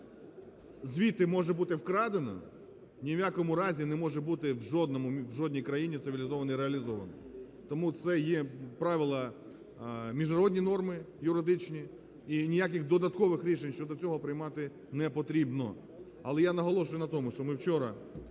звідти може бути вкрадено, ні в якому разі не може бути в жодній країні цивілізований реалізовано. Тому це є правила, міжнародні норми, юридичні і ніяких додаткових рішень щодо цього приймати не потрібно. Але я наголошую на тому, що ми вчора